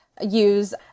use